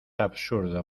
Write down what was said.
absurdo